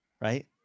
right